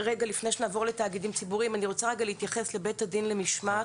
לפני שנעבור לתאגידים ציבוריים אני רוצה רגע להתייחס לבית הדין למשמעת.